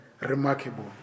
remarkable